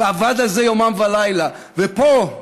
ועבד על זה יומם ולילה, ופה,